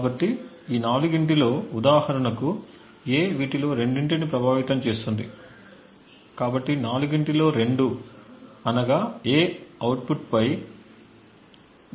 కాబట్టి ఈ నాలుగింటిలో ఉదాహరణకు A వీటిలో రెండింటిని ప్రభావితం చేస్తుంది కాబట్టి నాలుగింటిలో రెండు అనగా A అవుట్పుట్పై 0